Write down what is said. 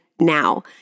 now